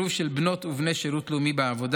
שילוב של בנות ובני שירות לאומי בעבודה